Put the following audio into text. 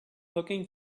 looking